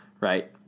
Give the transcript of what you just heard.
right